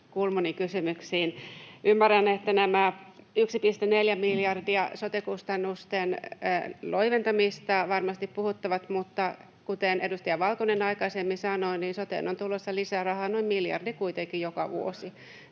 Kulmunin kysymyksiin. Ymmärrän, että tämä 1,4 miljardin sote-kustannusten loiventaminen varmasti puhuttaa, mutta kuten edustaja Valkonen aikaisemmin sanoi, soteen on tulossa lisärahaa kuitenkin noin miljardi joka vuosi.